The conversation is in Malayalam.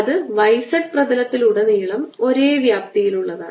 അതിനാൽ ഈ 4 പൈ നമ്മൾ റദ്ദാക്കുന്നു